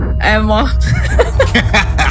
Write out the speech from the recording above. Emma